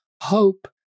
hope